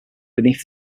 beneath